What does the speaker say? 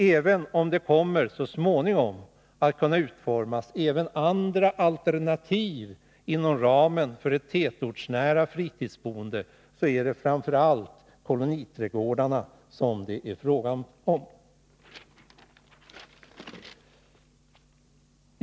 Även om det så småningom kommer att kunna utformas också andra alternativ inom ramen för ett tätortsnära fritidsboende, är det framför allt koloniträdgårdarna som det är fråga om.